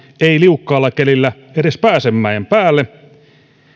ei liukkaalla kelillä edes pääse mäen päälle